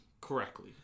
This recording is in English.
correctly